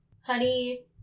Honey